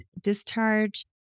discharge